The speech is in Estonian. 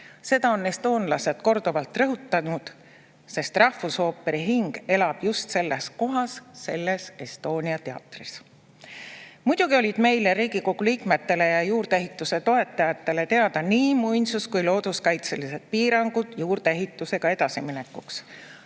Seda on estoonlased korduvalt rõhutanud, sest rahvusooperi hing elab just selles kohas, selles Estonia teatris. Muidugi olid meile, Riigikogu liikmetele ja juurdeehituse toetajatele teada nii muinsus‑ kui ka looduskaitselised piirangud juurdeehitusega edasiminekuks.